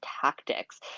tactics